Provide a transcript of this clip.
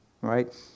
Right